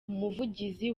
umuvugizi